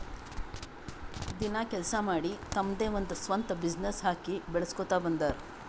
ದಿನ ಕೆಲ್ಸಾ ಮಾಡಿ ತಮ್ದೆ ಒಂದ್ ಸ್ವಂತ ಬಿಸಿನ್ನೆಸ್ ಹಾಕಿ ಬೆಳುಸ್ಕೋತಾ ಬಂದಾರ್